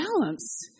balance